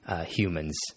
humans